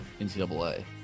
NCAA